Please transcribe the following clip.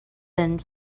and